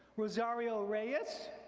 rosario reyes,